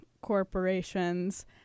corporations